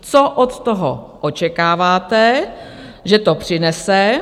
Co od toho očekáváte, že to přinese?